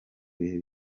bihe